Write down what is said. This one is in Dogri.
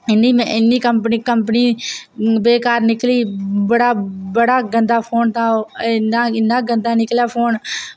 इन्नी में इन्नी कंपनी कंपनी बेकार निकली बड़ा बड़ा गंदा फोन था ओ इन्ना इन्ना गंदा निकलेआ फोन